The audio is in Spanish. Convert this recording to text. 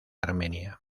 armenia